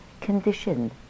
conditioned